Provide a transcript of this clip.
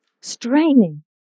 Straining